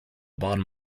bottom